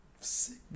Sick